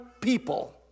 people